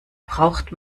braucht